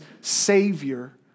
Savior